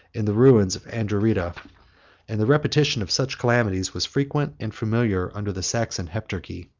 in the ruins of anderida and the repetition of such calamities was frequent and familiar under the saxon heptarchy.